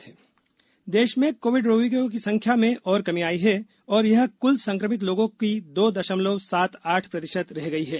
Covid देश देश में कोविड रोगियों की संख्या में और कमी आई है और यह कुल संक्रमित लोगों की दो दशमलव सात आठ प्रतिशत रह गई है